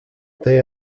they